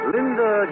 Linda